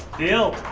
deal!